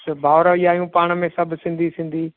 भाउर ई आहियूं पाण में सभु सिंधी सिंधी